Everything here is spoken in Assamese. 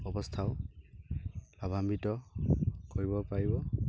অৱস্থাও লাভাম্বিত কৰিব পাৰিব